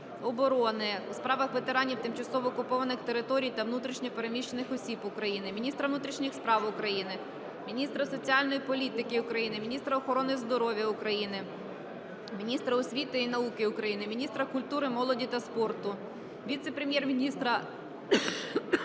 оборони, у справах ветеранів, тимчасово окупованих територій та внутрішньо переміщених осіб України, міністра внутрішніх справ України, міністра соціальної політики України, міністра охорони здоров'я України, міністра освіти і науки України, міністра культури, молоді та спорту, Віце-прем'єр міністра -